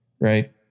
Right